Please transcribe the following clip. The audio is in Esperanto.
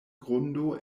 grundo